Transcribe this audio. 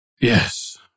yes